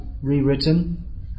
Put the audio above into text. rewritten